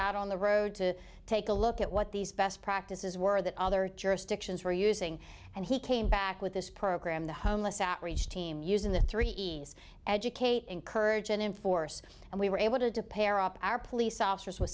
out on the road to take a look at what these best practices were that other jurisdictions were using and he came back with this program the homeless outreach team using the three e s educate encourage and in force and we were able to pair up our police officers w